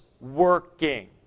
working